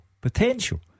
potential